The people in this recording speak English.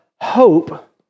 hope